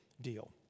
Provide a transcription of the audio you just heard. deal